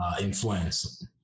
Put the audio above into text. influence